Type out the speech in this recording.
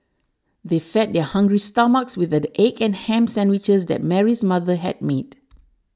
they fed their hungry stomachs with the egg and ham sandwiches that Mary's mother had made